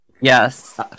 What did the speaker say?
Yes